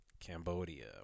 Cambodia